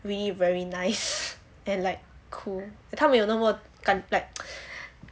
really very nice and like cool 他没有那么敢 like